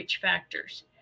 factors